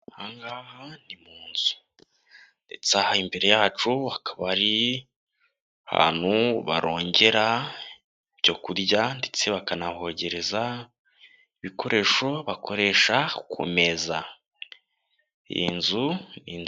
Aha ngaha ni munzu, ndetse aha imbere yacu akaba ari ahantu barongera ibyo kurya, ndetse bakanahogereza ibikoresho bakoresha ku meza, iyi nzu.